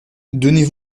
donnez